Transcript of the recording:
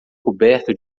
coberto